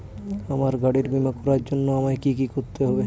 আমার গাড়ির বীমা করার জন্য আমায় কি কী করতে হবে?